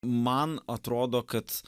man atrodo kad